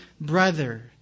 brother